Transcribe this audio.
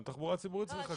גם תחבורה ציבורית צריכה כביש.